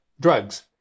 drugs